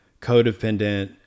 codependent